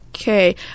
okay